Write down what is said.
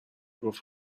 گفت